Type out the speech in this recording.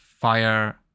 fire